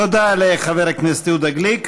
תודה לחבר הכנסת יהודה גליק.